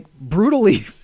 brutally